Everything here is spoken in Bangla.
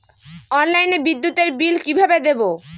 অনলাইনে বিদ্যুতের বিল কিভাবে দেব?